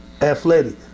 athletic